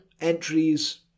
entries